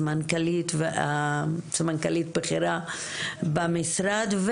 סמנכ"לית בכירה במשרד,